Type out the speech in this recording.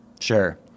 Sure